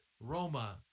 Roma